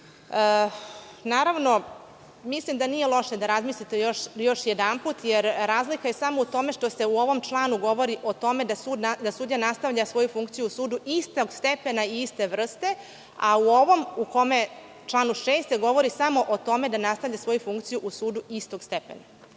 pravu. Naravno, mislim da nije loše da još jednom razmislite, jer razlika je samo u tome što se u ovom članu govori o tome da sudija nastavlja svoju funkciju u sudu istog stepena i iste vrste, a u ovom članu 6. govori samo o tome da nastavi svoju funkciju u sudu istog stepena.